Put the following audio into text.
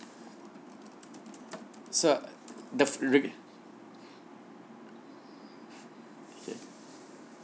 so the re~